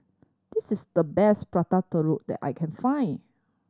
this is the best Prata Telur that I can find